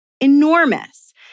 Enormous